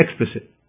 explicit